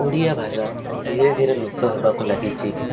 ଓଡ଼ିଆ ଭାଷା ଧୀରେ ଧୀରେ ଲୁପ୍ତ ହେବାକୁ ଲାଗିଛି